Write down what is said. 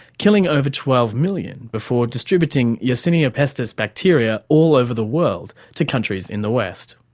killing over twelve million, before distributing yersinia pestis bacteria all over the world to countries in the west.